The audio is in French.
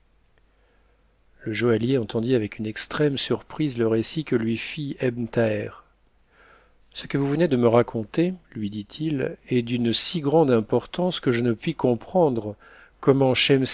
demeurer lejoaittier entendit avec une extrême surprise le récit que lui fit ëbn thaher cc ce que vous venez de me raconter lui dit-il est d'une si grande importance que je ne puis comprendre comment